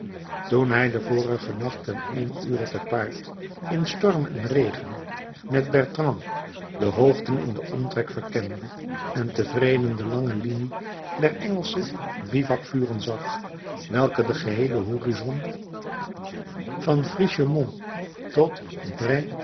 toen hij den vorigen nacht ten één ure te paard in storm en regen met bertrand de hoogten in den omtrek verkende en tevreden de lange linie der engelsche bivouakvuren zag welke den geheelen horizon van frischemont tot